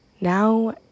Now